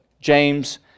James